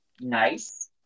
Nice